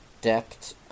depth